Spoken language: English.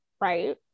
right